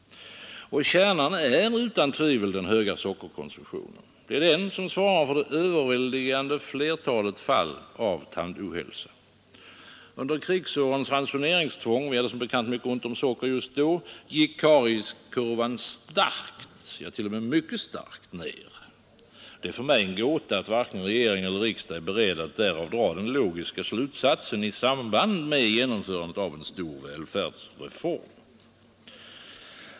Och kärnan är utan tvivel den höga sockerkonsumtionen. Det är den som svarar för det överväldigande flertalet fall av tandohälsa. Under krigsårens ransoneringstvång — vi hade som bekant då mycket ont om socker — gick karieskurvan starkt, ja mycket starkt ner. Det är för mig en gåta att varken regering eller riksdag är beredd att därav dra den logiska slutsatsen i samband med genomförandet av en stor välfärdsreform.